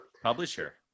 publisher